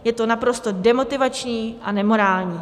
Je to naprosto demotivační a nemorální.